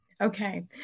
Okay